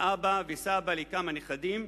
אבא וסבא לכמה נכדים,